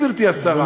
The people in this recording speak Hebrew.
גברתי השרה.